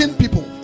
people